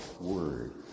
word